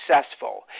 successful